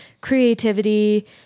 creativity